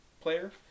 player